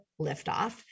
liftoff